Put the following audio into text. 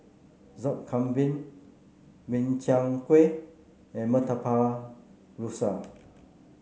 Sup Kambing Min Chiang Kueh and Murtabak Rusa